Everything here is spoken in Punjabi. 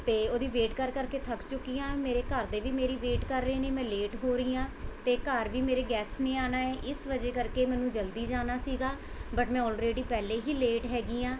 ਅਤੇ ਉਹਦੀ ਵੇਟ ਕਰ ਕਰਕੇ ਥੱਕ ਚੁੱਕੀ ਹਾਂ ਮੇਰੇ ਘਰਦੇ ਵੀ ਮੇਰੀ ਵੇਟ ਕਰ ਰਹੇ ਨੇ ਮੈਂ ਲੇਟ ਹੋ ਰਹੀ ਹਾਂ ਅਤੇ ਘਰ ਵੀ ਮੇਰੇ ਗੈਸਟ ਨੇ ਆਉਣਾ ਏ ਇਸ ਵਜ੍ਹਾ ਕਰਕੇ ਮੈਨੂੰ ਜਲਦੀ ਜਾਣਾ ਸੀਗਾ ਬਟ ਮੈਂ ਔਲਰੇਡੀ ਪਹਿਲੇ ਹੀ ਲੇਟ ਹੈਗੀ ਹਾਂ